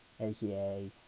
aka